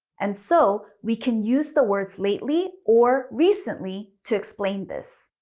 and so we can use the word lately or recently to explain this.